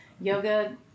yoga